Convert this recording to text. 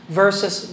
versus